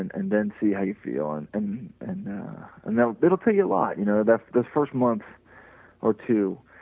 and and then see how you feel and and and that'll that'll free you a lot, you know the the first month or two